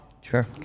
Sure